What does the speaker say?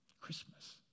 Christmas